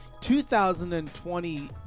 2020